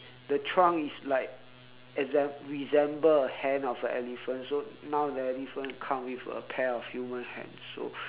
the trunk is like exact resemble hand of a elephant so now the elephant come with a pair of human hands so